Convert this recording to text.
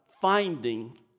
finding